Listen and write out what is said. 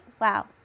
Wow